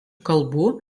kalbų